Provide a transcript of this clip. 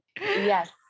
yes